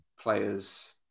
players